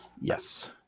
Yes